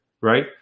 right